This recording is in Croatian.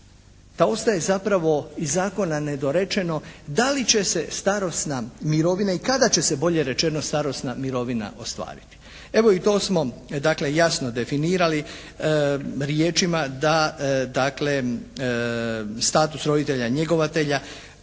da ostaje zapravo iz zakona nedorečeno da li će se starosna mirovina i kada će se bolje rečeno starosna mirovina ostvariti. Evo i to smo dakle jasno definirali riječima da dakle status roditelja njegovatelja